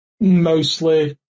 mostly